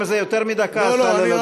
אם זה יותר מדקה אז תעלה לדוכן.